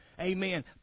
Amen